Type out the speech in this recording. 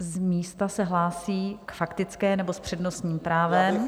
Z místa se hlásí k faktické, nebo s přednostním právem...?